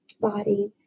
body